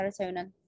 serotonin